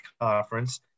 conference